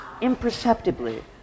imperceptibly